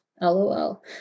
LOL